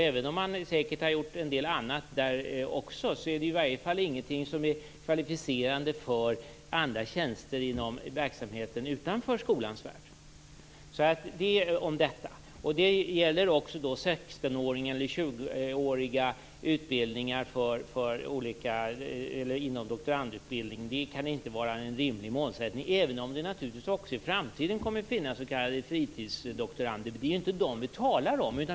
Även om man säkert har gjort en del annat också, så är det i varje fall inget som är kvalificerande för andra tjänster inom verksamheten utanför skolans värld. Det är vad jag vill säga om detta. Detsamma gäller 16 eller 20-åriga utbildningar inom doktorandutbildningen. Det kan inte vara en rimlig målsättning - även om det naturligtvis också i framtiden kommer att finnas s.k. fritidsdoktorander. Det är ju inte dem vi talar om.